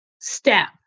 step